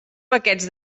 paquets